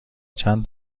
چند